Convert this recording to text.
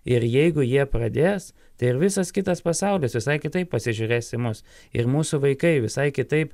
ir jeigu jie pradės tai ir visas kitas pasaulis visai kitaip pasižiūrės į mus ir mūsų vaikai visai kitaip